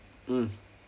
mm